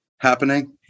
happening